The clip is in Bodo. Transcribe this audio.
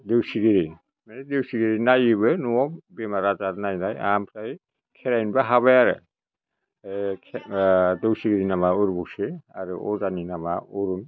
नेवसिगिरि माने नेवसिगिरि नायोबो न'आव बेमार आजार नायनाय आमफ्राय खेरायनोबो हाबाय आरो नेवसिगिरिनि नामा उरबुसि आरो अजानि नामा अरुन